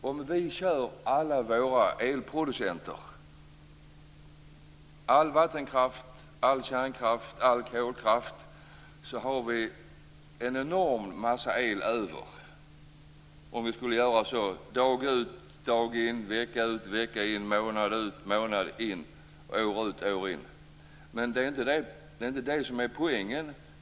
Om alla våra elproducenter, dvs. all vattenkraft, all kärnkraft och all kolkraft, kör dag ut dag in, vecka ut vecka in, månad ut månad in, år ut och år in har vi en enorm massa el över. Det är inte det som är poängen.